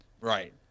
Right